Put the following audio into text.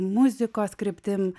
muzikos kryptim